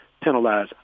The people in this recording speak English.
penalize